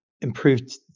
improved